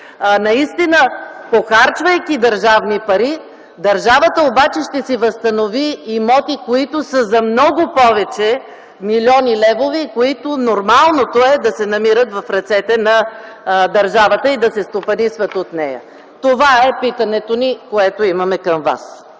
наистина, похарчвайки държавни пари, държавата да може да си възстанови имоти за много повече милиони левове и които е нормално да се намират в ръцете на държавата и да се стопанисват от нея? Това е питането ни, което имаме към Вас.